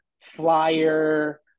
flyer